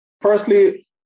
Firstly